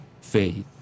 faith